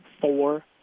four